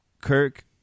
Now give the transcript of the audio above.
Kirk